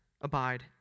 abide